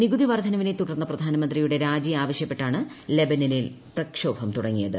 നികുതി വർധനവിനെ തുടർന്ന് പ്രധാനമന്ത്രിയുടെ രാജി ആവശ്യപ്പെട്ടാണ് ലബനനിൽ പ്രക്ഷോഭം തുടങ്ങിയത്